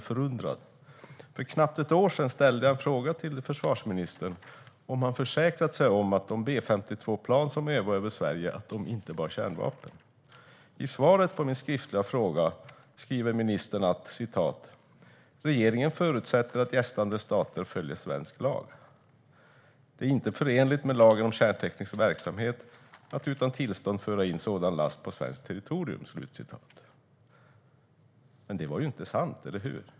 För knappt ett år sedan ställde jag en fråga till försvarsministern om han försäkrat sig om att de B52-plan som övade över Sverige inte bar kärnvapen. I svaret på min skriftliga fråga skrev ministern att "regeringen förutsätter att gästande stater följer svensk lag. Det är inte förenligt med lagen om kärnteknisk verksamhet att utan tillstånd föra in sådan last på svenskt territorium." Men det var ju inte sant, eller hur?